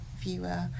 viewer